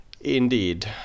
Indeed